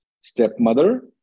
stepmother